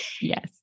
Yes